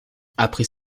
après